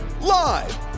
Live